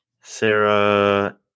Sarah